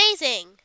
amazing